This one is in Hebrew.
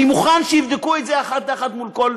אני מוכן שיבדקו את זה אחד לאחד מול כל